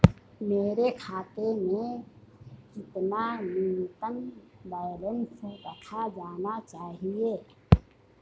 मेरे खाते में कितना न्यूनतम बैलेंस रखा जाना चाहिए?